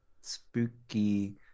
spooky